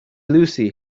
lucy